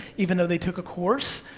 even though they took a course.